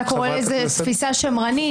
אתה קורא לזה "תפיסה שמרנית",